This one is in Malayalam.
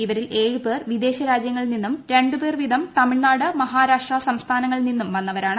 ഇവരിൽ ഏഴ് പേർ വിദേശ രാജ്യങ്ങളിൽ നിന്നും ശ്രീണ്ട് ്പേർ വീതം തമിഴ്നാട് മഹാരാഷ്ട്ര സംസ്ഥാനങ്ങളിൽ നിന്നൂർ വൃന്നതാണ്